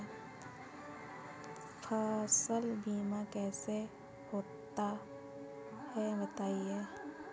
फसल बीमा कैसे होता है बताएँ?